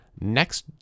next